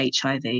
HIV